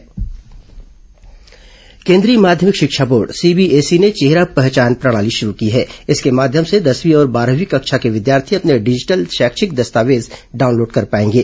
CBSE चेहरा पहचान प्रणाली केन्द्रीय माध्यमिक शिक्षा बोर्ड सीबीएसई ने चेहरा पहचान प्रणाली शुरू की है जिसके माध्यम से दसवीं और बारहवीं कक्षा के विद्यार्थी अपने डिजिटल शैक्षिक दस्तावेज डाउनलोड कर पाएगे